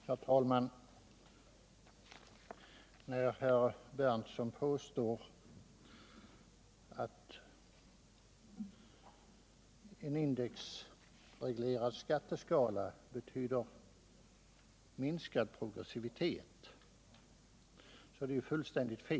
Herr talman! När herr Berndtson påstår att en indexreglerad skatteskala betyder minskad progressivitet är det fullständigt fel.